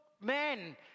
men